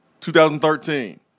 2013